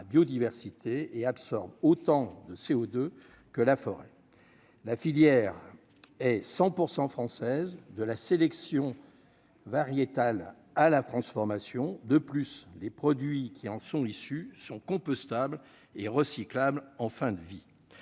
à biodiversité et absorbe autant de CO2 que la forêt, la filière est 100 % française de la sélection variétale à la transformation de plus, les produits qui en. Sont issus sont compostable et recyclable en fin de vie,